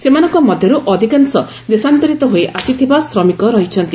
ସେମାନଙ୍କ ମଧ୍ୟରୁ ଅଧିକାଂଶ ଦେଶାନ୍ତରିତ ହୋଇ ଆସିଥିବା ଶ୍ରମିକ ରହିଛନ୍ତି